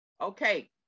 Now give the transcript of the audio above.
Okay